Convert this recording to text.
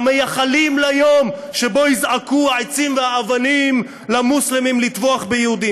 המייחלים ליום שבו יזעקו העצים והאבנים למוסלמים לטבוח ביהודים,